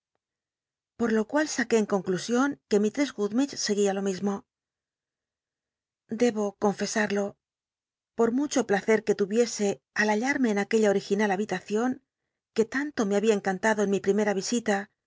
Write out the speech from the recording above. poi lo cual saqué en conclusion que mislt'css gummidgc seguia lo mismo debo confesarlo por mucho placet que tuviese al halla rme en aquella original babitacion que tanto me había encantado en mi ptimel'a visita